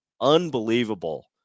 unbelievable